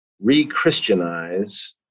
re-Christianize